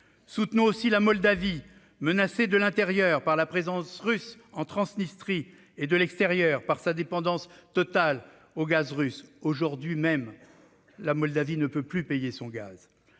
Soutenons aussi la Moldavie, menacée de l'intérieur par la présence russe en Transnistrie, et de l'extérieur par sa dépendance totale au gaz russe. Aujourd'hui même, la Moldavie ne peut plus payer son gaz.